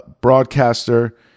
broadcaster